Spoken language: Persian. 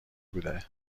بوده